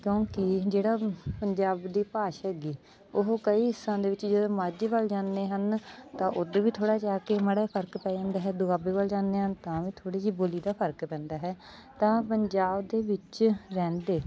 ਕਿਉਂਕਿ ਜਿਹੜਾ ਪੰਜਾਬ ਦੀ ਭਾਸ਼ਾ ਹੈਗੀ ਉਹ ਕਈ ਹਿੱਸਿਆਂ ਦੇ ਵਿੱਚ ਜਦੋਂ ਮਾਝੇ ਵੱਲ ਜਾਂਦੇ ਹਨ ਤਾਂ ਉੱਧਰ ਵੀ ਥੋੜ੍ਹਾ ਜਾ ਕੇ ਮਾੜਾ ਫਰਕ ਪੈ ਜਾਂਦਾ ਹੈ ਦੁਆਬੇ ਵੱਲ ਜਾਂਦੇ ਹਾਂ ਤਾਂ ਵੀ ਥੋੜ੍ਹੀ ਜਿਹੀ ਬੋਲੀ ਦਾ ਫਰਕ ਪੈਂਦਾ ਹੈ ਤਾਂ ਪੰਜਾਬ ਦੇ ਵਿੱਚ ਰਹਿੰਦੇ